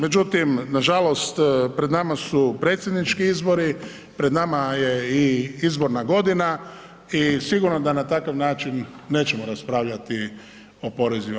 Međutim, nažalost pred nama su predsjednički izbori, pred nama je i izborna godina i sigurno da na takav način nećemo raspravljati o porezima.